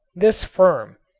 this firm,